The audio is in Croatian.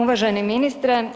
Uvaženi ministre.